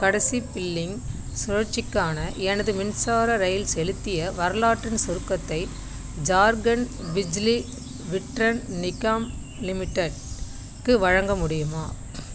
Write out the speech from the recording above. கடைசி பில்லிங் சுழற்சிக்கான எனது மின்சார ரயில் செலுத்திய வரலாற்றின் சுருக்கத்தை ஜார்க்கண்ட் பிஜ்லி விட்ரன் நிகாம் லிமிடெட்க்கு வழங்க முடியுமா